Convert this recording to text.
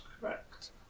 correct